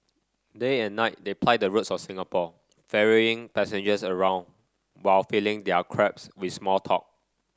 day and night they ply the roads of Singapore ferrying passengers around while filling their cabs with small talk